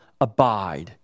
abide